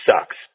sucks